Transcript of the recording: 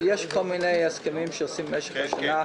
יש כל מיני הסכמים שעושים במשך השנה.